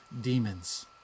demons